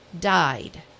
died